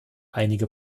einige